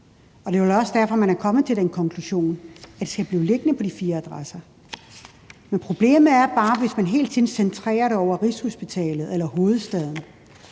vel også derfor, man er kommet til den konklusion, at det skal blive liggende på de fire adresser. Men problemet er bare, hvis man hele tiden centrerer det over Rigshospitalet eller hovedstaden.